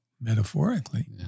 metaphorically